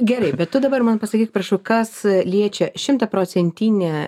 gerai bet tu dabar man pasakyk prašau kas liečia šimtaprocentinę